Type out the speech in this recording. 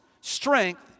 strength